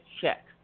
check